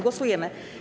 Głosujemy.